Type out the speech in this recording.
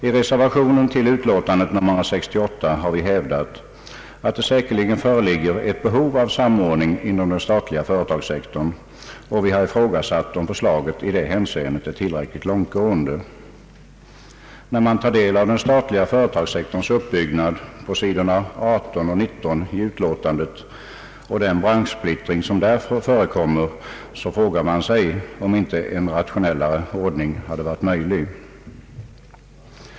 I reservationen till utlåtandet nr 168 har vi hävdat att det säkerligen föreligger ett behov av samordning inom den statliga företagssektorn, och vi har ifrågasatt om förslaget i det hänseendet är tillräckligt långtgående. När man på sidorna 18 och 19 i utlåtandet tar del av den statliga företagssektorns uppbyggnad och ser den branschsplittring som förekommer, frågar man sig om inte en rationellare ordning hade varit möjlig.